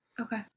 okay